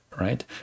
right